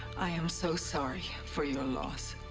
i am so sorry for your loss.